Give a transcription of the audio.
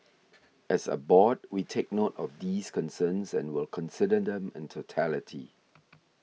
as a board we take note of these concerns and will consider them in totality